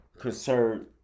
concerned